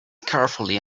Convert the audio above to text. carefully